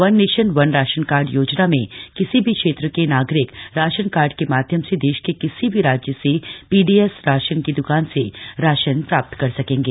one nation one ration card योजना में किसी भी क्षेत्र के नागरिक राशन कार्ड के माध्यम से देश के किसी भी राज्य से पीडीएस राशन की द्वकान से राशन प्राप्त कर सकेंगे